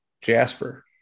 Jasper